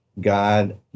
God